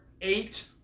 eight